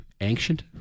Ancient